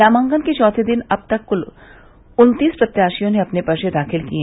नामांकन के चौथे दिन अब तक कुल उन्तीस प्रत्याशियों ने अपने पर्चे दाखिल किये